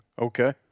Okay